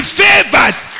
favored